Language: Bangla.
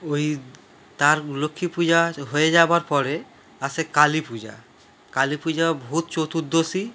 ওই তার লক্ষ্মী পূজা হয়ে যাওয়ার পরে আসে কালী পূজা কালী পূজা ও ভূত চতুর্দশী